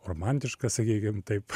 romantiškas sakykim taip